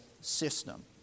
system